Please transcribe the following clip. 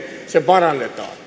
parannetaan